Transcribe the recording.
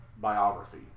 biography